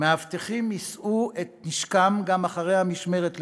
מאבטחים יישאו את נשקם לביתם גם אחרי המשמרת,